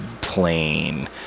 plain